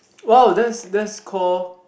wow that's that's call